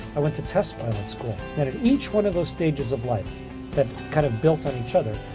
i went to test pilot school. and at each one of those stages of life that kind of built on each other,